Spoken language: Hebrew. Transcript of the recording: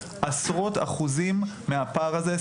עשרות אחוזים מהפער הזה,